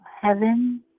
heaven